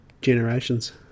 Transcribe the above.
generations